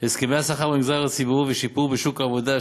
הסכמי השכר במגזר הציבורי ושיפור בשוק העבודה,